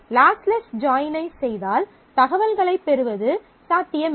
lossless join ஐச் செய்தால் தகவல்களைப் பெறுவது சாத்தியமில்லை